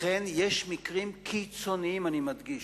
לכן יש מקרים קיצוניים, אני מדגיש,